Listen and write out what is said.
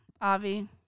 Avi